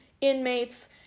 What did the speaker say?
inmates